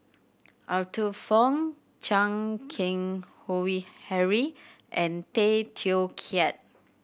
Arthur Fong Chan Keng Howe Harry and Tay Teow Kiat